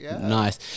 Nice